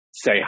say